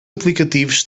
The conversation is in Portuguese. aplicativos